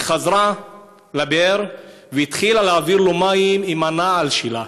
היא חזרה לבאר והתחילה להעביר לו מים עם הנעל שלה,